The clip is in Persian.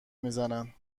میزند